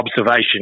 observation